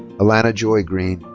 allana joy green.